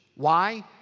why?